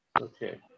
Okay